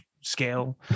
scale